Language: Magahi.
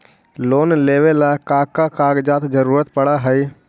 लोन लेवेला का का कागजात जरूरत पड़ हइ?